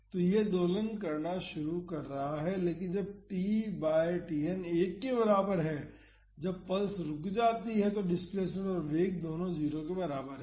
तो यह दोलन करना शुरू कर रहा है लेकिन जब t बाई Tn 1 के बराबर है जब पल्स रुक जाती है तो डिस्प्लेसमेंट और वेग दोनों 0 के बराबर हैं